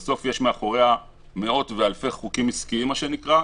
בסוף יש מאחוריה מאות ואלפי חוקים עסקיים מה שנקרא,